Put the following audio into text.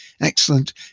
excellent